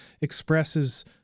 expresses